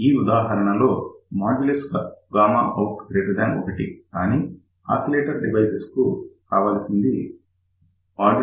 ఈ ఉదాహరణ లో out1 కానీ ఆసిలేటర్ డిజైన్ కు కావలసింది L1